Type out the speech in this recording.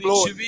Lord